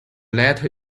letter